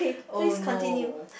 oh no